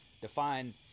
define